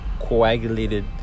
coagulated